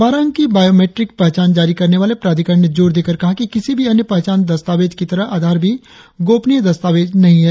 बारह अंकीय बायोमीट्रिक पहचान जारी करने वाले प्राधिकरण ने जोर देकर कहा कि किसी भी अन्य पहचान दस्तावेज की तरह आधार भी गोपनीय दस्तावेज नहीं है